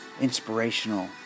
inspirational